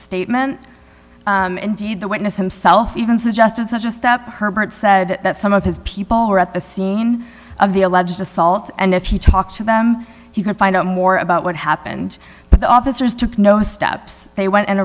statement indeed the witness himself even suggested such a step herbert said that some of his people were at the scene of the alleged assault and if he talked to them he could find out more about what happened but the officers took no steps they went and